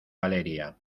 valeria